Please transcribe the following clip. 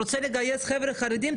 הוא רוצה לגייס חבר'ה חרדים,